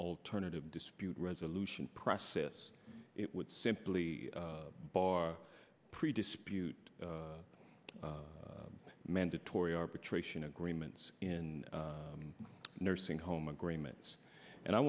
alternative dispute resolution process it would simply bar predispose you to mandatory arbitration agreements in nursing home agreements and i